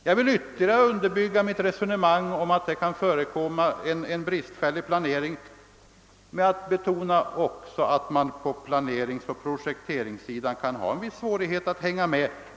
Jag vill ytterligare förtydliga mitt resonemang om att det kan förekomma en bristfällig planering genom att betona, att man på planeringsoch projekteringssidan kan ha en viss svårighet att hänga med.